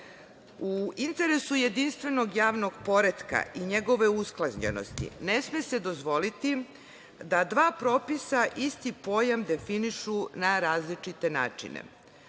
U interesu jedinstvenog javnog poretka i njegove usklađenosti ne sme se dozvoliti da dva propisa isti pojam definišu na različite načine.